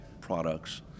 products